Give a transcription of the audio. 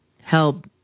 help